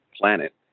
planet